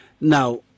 Now